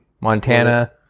Montana